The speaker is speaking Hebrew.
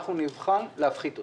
נבחן אפשרות להפחית אותה.